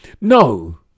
No